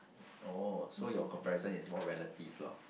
oh so your comparison is not relative lah